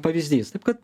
pavyzdys taip kad